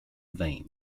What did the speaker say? vein